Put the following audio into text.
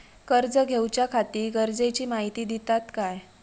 कर्ज घेऊच्याखाती गरजेची माहिती दितात काय?